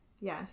yes